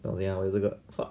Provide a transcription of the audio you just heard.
等下我有这个 ha